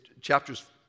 chapters